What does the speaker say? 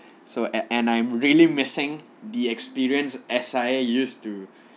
so and and I'm really missing the experience S_I_A used to